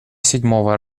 седьмого